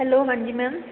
hello ਹਾਂਜੀ ma'am